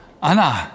Anna